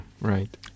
right